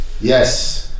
Yes